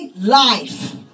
life